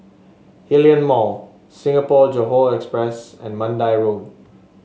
Hillion Mall Singapore Johore Express and Mandai Road